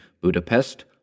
Budapest